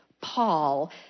Paul